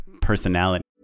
personality